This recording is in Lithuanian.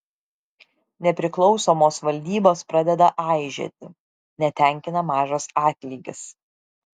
nepriklausomos valdybos pradeda aižėti netenkina mažas atlygis